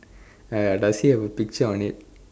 uh does he have a picture on it